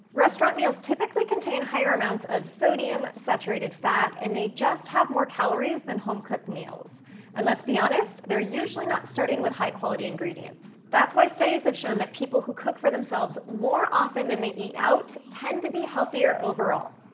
restaurant meals typically contain higher amounts of sodium, saturated fat, and they just have more calories than home-cooked meals and let's be honest, they're usually not starting with high-quality ingredients. that's why studies have shown that people who cook for themselves more often than they eat out tend to be healthier overall.